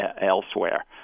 elsewhere